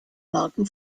marken